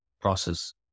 process